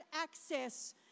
access